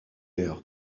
guerre